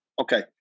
Okay